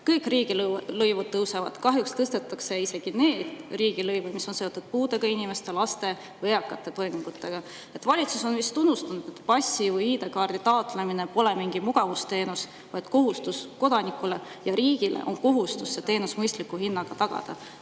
Kõik riigilõivud tõusevad, kahjuks tõstetakse isegi neid riigilõive, mis on seotud puudega inimeste, laste või eakate toimingutega. Valitsus on vist unustanud, et passi või ID-kaardi taotlemine pole mingi mugavusteenus, vaid kodaniku kohustus, ja riigil on kohustus see teenus mõistliku hinnaga tagada.